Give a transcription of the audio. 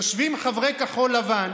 יושבים חברי כחול לבן